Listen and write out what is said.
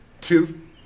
two